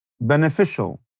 beneficial